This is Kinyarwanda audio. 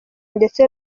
ndetse